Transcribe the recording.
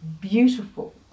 beautiful